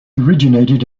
originated